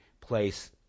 place